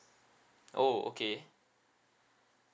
oh okay